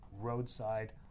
roadside